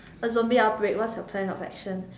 a zombie outbreak what's your plan of action